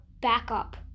backup